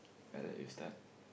I let you start